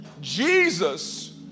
Jesus